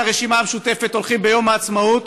הרשימה המשותפת הולכים ביום העצמאות